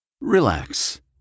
Relax